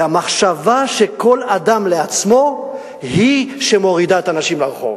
והמחשבה שכל אדם לעצמו היא שמורידה את האנשים לרחוב.